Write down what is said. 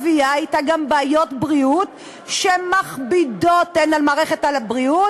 מביאה אתה גם בעיות בריאות שמכבידות הן על מערכת הבריאות,